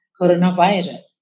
coronavirus